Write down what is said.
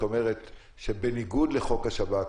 את אומרת שבניגוד לחוק השב"כ,